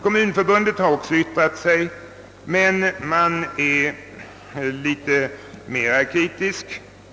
Kommunförbundet har också yttrat sig men är litet mera kritiskt.